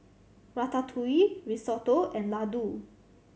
Ratatouille Risotto and Ladoo